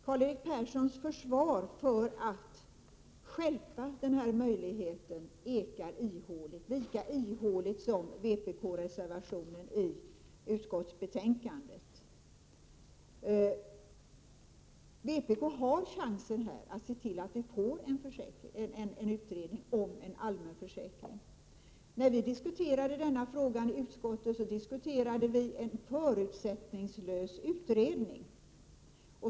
Karl-Erik Perssons försvar för att 8 juni 1988 stjälpa den här möjligheten ekar ihåligt, lika ihåligt som vpk-reservationen i fn . utskottsbetänkandet. Arbetslöshetsf örsäk Vpk har här chansen att se till att vi får till stånd en utredning om en allmän Bei försäkring. När vi diskuterade denna fråga i utskottet diskuterade vi en förutsättningslös utredning.